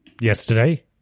yesterday